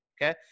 Okay